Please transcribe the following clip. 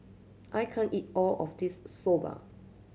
I can't eat all of this Soba